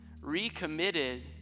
recommitted